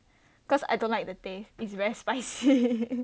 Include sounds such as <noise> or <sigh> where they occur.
cause I don't like the taste it's very spicy <laughs>